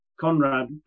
Conrad